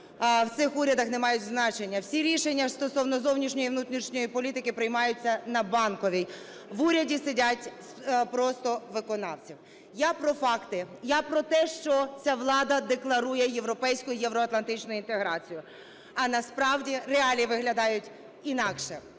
в цих урядах не мають значення. Всі рішення стосовно зовнішньої і внутрішньої політики приймаються на Банковій. В уряді сидять просто виконавці. Я про факти. Я про те, що ця влада декларує європейську і євроатлантичну інтеграцію, а насправді реалії виглядають інакше: